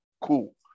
Cool